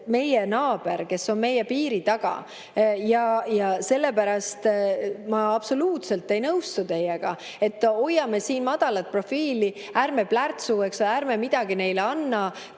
meie naaber, kes on meie piiri taga. Ja sellepärast ma absoluutselt ei nõustu teiega, et hoiame madalat profiili, ärme plärtsume, eks ole, ärme midagi neile anname,